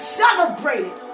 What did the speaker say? celebrated